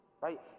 right